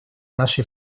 нашей